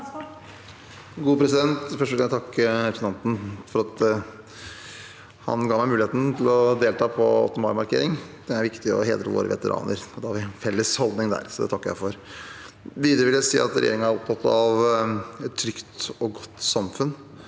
Først vil jeg takke representanten for at han ga meg muligheten til å delta på 8. mai-markering. Det er viktig å hedre våre veteraner. Vi har en felles holdning der, så det takker jeg for. Videre vil jeg si at regjeringen er opptatt av et trygt og godt samfunn.